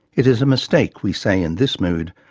it is a mistake, we say in this mood,